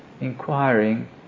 inquiring